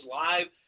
live